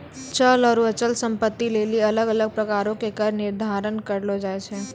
चल आरु अचल संपत्ति लेली अलग अलग प्रकारो के कर निर्धारण करलो जाय छै